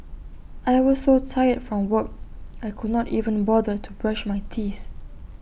I was so tired from work I could not even bother to brush my teeth